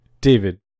David